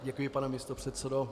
Děkuji, pane místopředsedo.